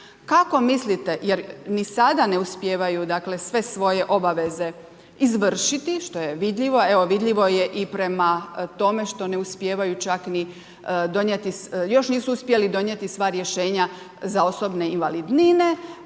Kako mislite, jer i sada ne uspijevaju sve svoje obaveze izvršiti, što je vidljivo, vidljivo je i prema tome, što ne uspijevaju čak ni, još nisu uspjeli donijeti sva rješenja, za osobne invalidnine.